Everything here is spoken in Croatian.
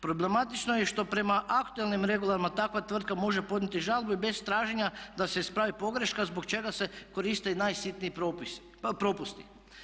Problematično je što i prema aktualnim regulama takva tvrtka može podnijeti žalbu i bez traženja da se ispravi pogreška zbog čega se koriste i najsitniji propusti.